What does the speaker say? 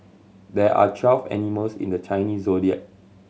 there are twelve animals in the Chinese Zodiac